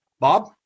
Bob